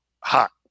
hot